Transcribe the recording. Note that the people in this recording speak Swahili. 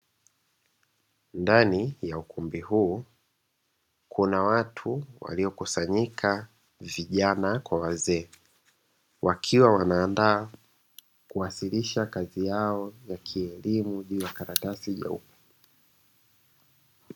Ndani ya ukumbi huu kuna watu waliokusanyika vijana Kwa wazee wakiwa wanaanda kuwasilisha kazi yao ya kielimu juu ya karatasi nyeupe